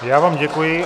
Já vám děkuji.